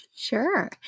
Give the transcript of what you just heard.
Sure